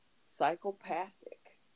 psychopathic